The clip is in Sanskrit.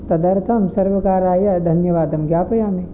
तदर्थं सर्वकाराय धन्यवादं ज्ञापयामि